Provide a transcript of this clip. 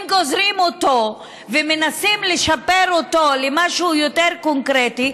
אם גוזרים אותו ומנסים לשפר אותו למשהו יותר קונקרטי,